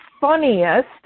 funniest